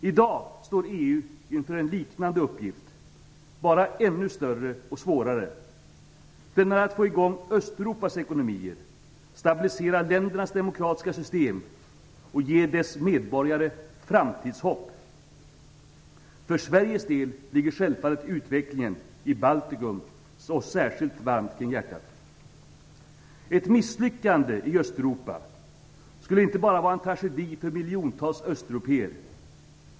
I dag står EU inför en liknande uppgift - bara ännu större och svårare. Den är att få i gång Östeuropas ekonomier, stabilisera ländernas demokratiska system och ge dess medborgare framtidshopp. För Sveriges del ligger självfallet utvecklingen i Baltikum oss särskilt varmt om hjärtat. Ett misslyckande i Östeuropa skulle inte bara vara en tragedi för miljontals östeuropéer.